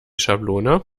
schablone